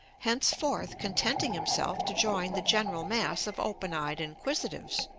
henceforth contenting himself to join the general mass of open-eyed inquisitives.